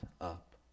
up